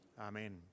Amen